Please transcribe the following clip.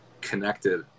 connected